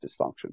dysfunction